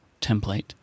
template